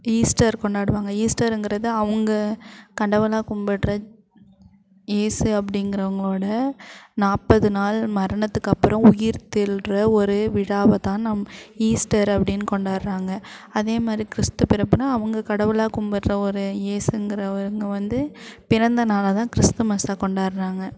Easter கொண்டாடுவாங்க ஈஸ்டருங்கிறது அவங்க கடவுளாக கும்பிட்ற ஏசு அப்படிங்கிறவங்களோட நாற்பது நாள் மரணத்துக்கு அப்புறம் உயிர்த்தெழுற ஒரு விழாவைதான் நம் ஈஸ்டர் அப்படின்னு கொண்டாடுறாங்க அதேமாதிரி கிறிஸ்து பிறப்புன்னால் அவங்க கடவுளாக கும்பிட்ற ஒரு ஏசுங்கிறவங்க வந்து பிறந்த நாளைதான் கிறிஸ்துமஸாக கொண்டாடுறாங்க